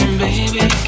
baby